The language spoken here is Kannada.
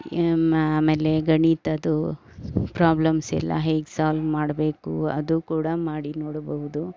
ಆಮೇಲೆ ಗಣಿತದ್ದು ಪ್ರಾಬ್ಲೆಮ್ಸ್ ಎಲ್ಲ ಹೇಗೆ ಸಾಲ್ವ್ ಮಾಡಬೇಕು ಅದೂ ಕೂಡ ಮಾಡಿ ನೋಡಬಹುದು